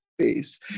space